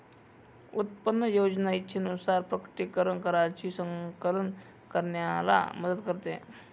उत्पन्न योजना इच्छेनुसार प्रकटीकरण कराची संकलन करण्याला मदत करते